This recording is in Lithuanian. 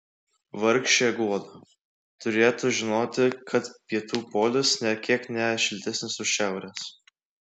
vargšė guoda turėtų žinoti kad pietų polius nė kiek ne šiltesnis už šiaurės